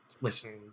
listening